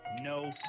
no